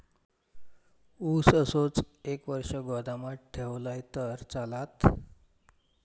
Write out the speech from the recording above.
ऊस असोच एक वर्ष गोदामात ठेवलंय तर चालात?